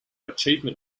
achievement